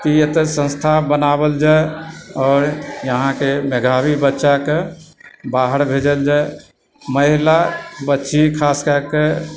कि एतेए संस्था बनाओल जाय आओर यहाँके मेधावी बच्चाकऽ बाहर भेजल जाय महिला बच्ची खास कएकऽ